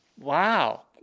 Wow